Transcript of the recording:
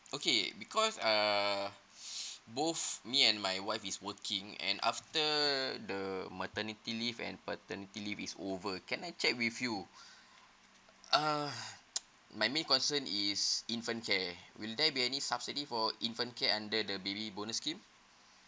okay because uh both me and my wife is working and after the maternity leave and paternity leave is over can I check with you uh my main concern is infant care will there be any subsidy for infant care under the baby bonus scheme